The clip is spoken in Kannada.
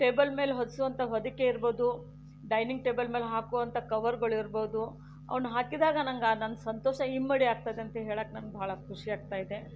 ಟೇಬಲ್ ಮೇಲೆ ಹೊದಿಸೋವಂತಹ ಹೊದಿಕೆ ಇರ್ಬೋದು ಡೈನಿಂಗ್ ಟೇಬಲ್ ಮೇಲೆ ಹಾಕುವಂಥ ಕವರ್ಗಳಿರ್ಬೋದು ಅವನ್ನ ಹಾಕಿದಾಗ ನನಗೆ ಆ ಸಂತೋಷ ಇಮ್ಮಡಿ ಆಗ್ತದಂತ ಹೇಳಕ್ಕೆ ನನಗೆ ಬಹಳ ಖುಷಿ ಆಗ್ತಾ ಇದೆ